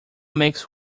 makes